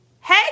Hey